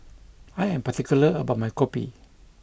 I am particular about my Kopi